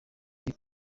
hip